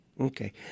Okay